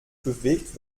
bewegt